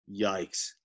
yikes